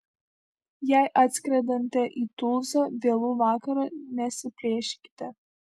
jei atskrendate į tuzlą vėlų vakarą nesiplėšykite